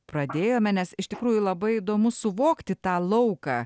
pradėjome nes iš tikrųjų labai įdomu suvokti tą lauką